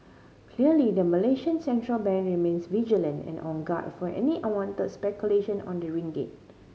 clearly the Malaysian central bank remains vigilant and on guard for any unwanted speculation on the ringgit